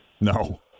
No